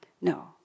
no